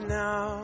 now